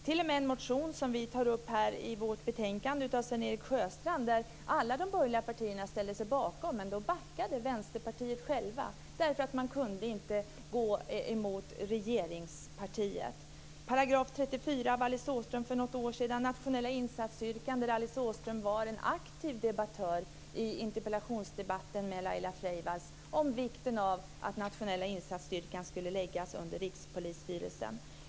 T.o.m. när det gäller en motion från Sven-Erik Sjöstrand som vi tar upp i betänkandet och som alla de borgerliga partierna ställde sig bakom, så backade Vänsterpartiet självt därför att man inte kunde gå mot regeringspartiet. I fråga om 34 § och i fråga om Nationella insatsstyrkan, då Alice Åström var en aktiv debattör i interpellationsdebatten med Laila Freivalds om vikten av att Nationella insatsstyrkan skulle föras in under Rikspolisstyrelsen, backade hon.